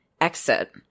exit